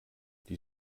die